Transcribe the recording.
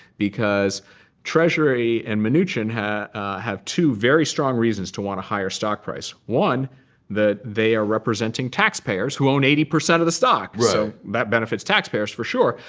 because treasury and mnuchin have have two very strong reasons to want a higher stock price. one that they are representing taxpayers who own eighty percent of the stock. so that benefits taxpayers for sure.